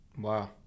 wow